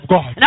God